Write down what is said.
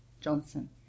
Johnson